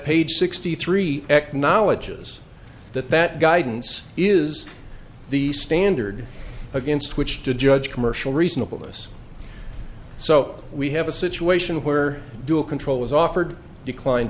page sixty three acknowledges that that guidance is the standard against which to judge commercial reasonable us so we have a situation where dual control was offered declined